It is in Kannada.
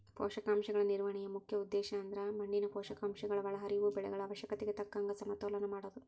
ಪೋಷಕಾಂಶಗಳ ನಿರ್ವಹಣೆಯ ಮುಖ್ಯ ಉದ್ದೇಶಅಂದ್ರ ಮಣ್ಣಿನ ಪೋಷಕಾಂಶಗಳ ಒಳಹರಿವು ಬೆಳೆಗಳ ಅವಶ್ಯಕತೆಗೆ ತಕ್ಕಂಗ ಸಮತೋಲನ ಮಾಡೋದು